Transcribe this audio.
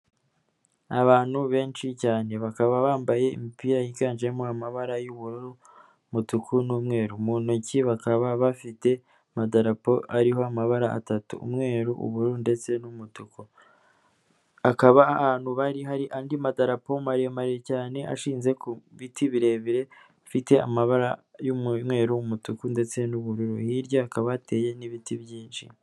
Abantu benshi cyane bakaba bambaye imipira yiganjemo amabara y'ubururu, umutuku n'umweru, mu ntoki bakaba bafite amadarapo ariho amabara atatu umweru, ubururu ndetse n'umutuku, bakaba ahantu bari hari andi madarapo maremare cyane ashinze ku biti birebire bifite amabara y'umumweru, umutuku ndetse n'ubururu, hirya akaba hateye n'ibiti byinshi.